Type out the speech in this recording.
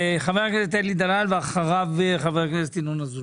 חבר הכנסת אלי דלל ואחריו חבר הכנסת ינון אזולאי.